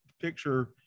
picture